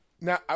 Now